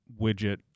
widget